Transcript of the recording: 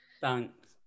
Thanks